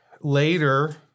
later